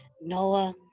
Noah